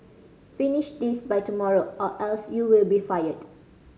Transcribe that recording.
finish this by tomorrow or else you will be fired